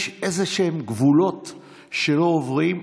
יש איזשהם גבולות שלא עוברים.